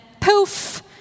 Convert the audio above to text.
poof